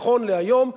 נכון להיום,